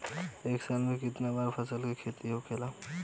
एक साल में कितना बार फसल के खेती होखेला?